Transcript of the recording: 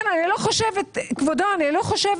ולכן אני לא חושבת, כבודו, אני לא חושבת